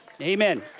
Amen